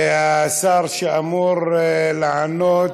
השר שאמור לענות,